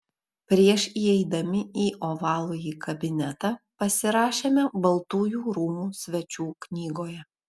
prieš įeidami į ovalųjį kabinetą pasirašėme baltųjų rūmų svečių knygoje